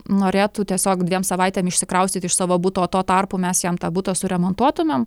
norėtų tiesiog dviem savaitėm išsikraustyti iš savo buto o tuo tarpu mes jam tą butą suremontuotumėm